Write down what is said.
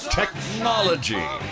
technology